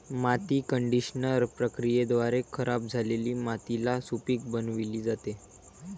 माती कंडिशनर प्रक्रियेद्वारे खराब झालेली मातीला सुपीक बनविली जाते